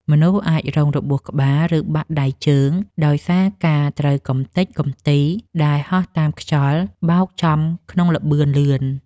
មនុស្សអាចរងរបួសក្បាល ឬបាក់ដៃជើងដោយសារការត្រូវកម្ទេចកំទីដែលហោះតាមខ្យល់បោកចំក្នុងល្បឿនលឿន។